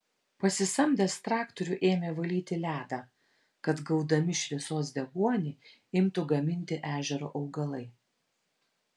pasisamdęs traktorių ėmė valyti ledą kad gaudami šviesos deguonį imtų gaminti ežero augalai